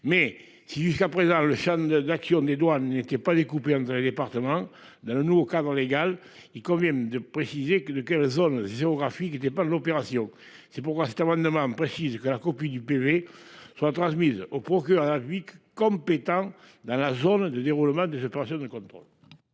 mais qui jusqu'à présent le Champ d'action des douanes n'était pas des coupures dans les départements d'un nouveau cas dans égal il convient de préciser que de quelle zone 0 graphique n'était pas l'opération. C'est pourquoi cet amendement précise que la copie du PV soit transmise au procureur à huit compétents dans la zone de déroulement des opérations de contrôle.